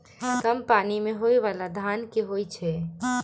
कम पानि मे होइ बाला धान केँ होइ छैय?